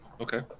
okay